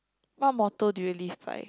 what motto do you live by